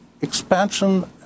expansion